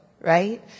right